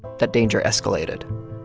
that danger escalated.